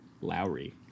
Lowry